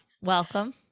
Welcome